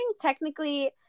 technically